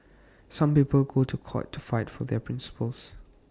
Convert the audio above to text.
some people go to court to fight for their principles